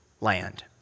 land